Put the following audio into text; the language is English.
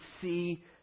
see